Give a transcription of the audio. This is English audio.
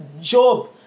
Job